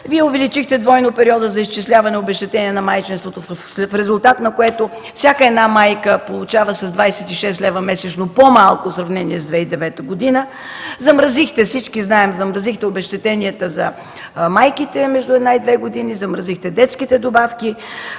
Вие увеличихте двойно периода за изчисляване обезщетенията на майчинството, в резултат на което всяка една майка получава с 26 лв. месечно по-малко в сравнение с 2009 г. Всички знаем, че замразихте обезщетенията за майките между една и две години, замразихте детските добавки.